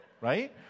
right